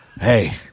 Hey